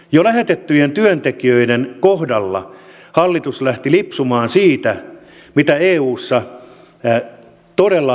jo lähetettyjen työntekijöiden kohdalla hallitus lähti lipsumaan siitä mitä eussa todella halutaan tehdä